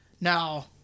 Now